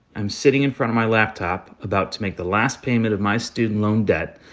i'm sitting in front of my laptop about to make the last payment of my student loan debt,